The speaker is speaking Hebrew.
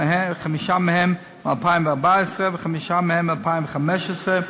חמישה מהם מ-2014 וחמישה מהם מ-2015,